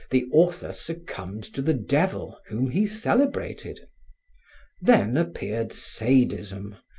the author succumbed to the devil, whom he celebrated then appeared sadism,